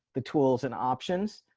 the tools and options.